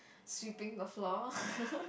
sweeping the floor